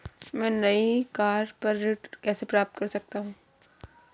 मैं नई कार पर ऋण कैसे प्राप्त कर सकता हूँ?